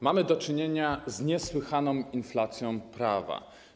Mamy do czynienia z niesłychaną inflacją prawa.